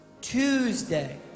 Tuesday